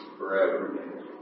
Forever